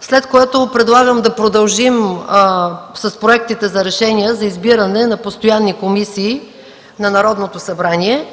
След това предлагам да продължим с проектите за решения за избиране на постоянни комисии на Народното събрание,